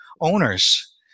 owners